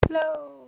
Hello